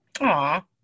Aw